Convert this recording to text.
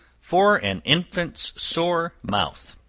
for an infant's sore mouth.